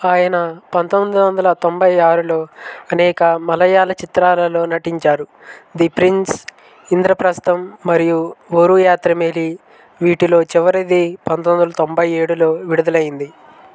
ఆయన పంతొమ్మిది వందల తొంభై ఆరులో అనేక మలయాళ చిత్రాలలో నటించారు ది ప్రిన్స్ ఇంద్రప్రస్థం మరియు ఓరు యాత్రమెలి వీటిలో చివరిది పంతొమ్మిడి వందల తొంభై ఏడులో విడుదలైంది